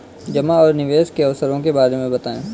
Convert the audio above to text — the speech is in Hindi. जमा और निवेश के अवसरों के बारे में बताएँ?